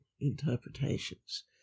interpretations